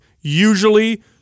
usually